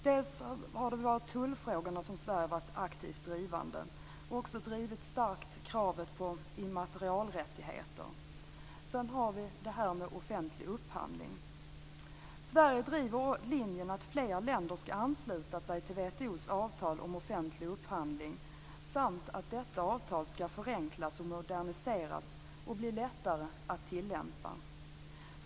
Vad gäller tullfrågorna har Sverige varit aktivt drivande, och vi har också starkt drivit kravet på immaterialrättigheter. Sedan har vi offentlig upphandling. Sverige driver linjen att fler länder ska ansluta sig till WTO:s avtal om offentlig upphandling samt att detta avtal ska förenklas och moderniseras och bli lättare att tillämpa.